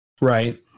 Right